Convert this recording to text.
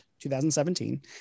2017